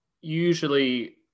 usually